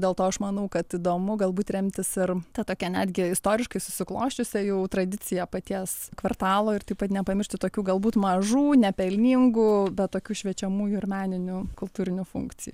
dėl to aš manau kad įdomu galbūt remtis ir ta tokia netgi istoriškai susiklosčiusia jau tradicija paties kvartalo ir taip pat nepamiršti tokių galbūt mažų nepelningų bet tokių šviečiamųjų ir meninių kultūrinių funkcijų